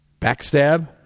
backstab